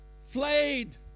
flayed